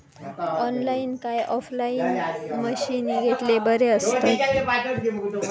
Online काय offline मशीनी घेतलेले बरे आसतात?